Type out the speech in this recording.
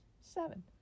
seven